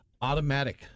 automatic